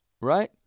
right